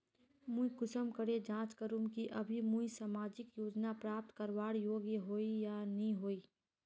मुई कुंसम करे जाँच करूम की अभी मुई सामाजिक योजना प्राप्त करवार योग्य होई या नी होई?